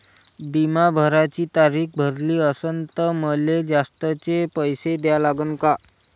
बिमा भराची तारीख भरली असनं त मले जास्तचे पैसे द्या लागन का?